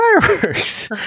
fireworks